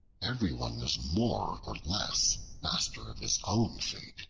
everyone is more or less master of his own fate.